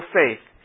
faith